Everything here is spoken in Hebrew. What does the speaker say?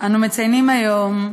אנו מציינים היום,